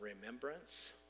remembrance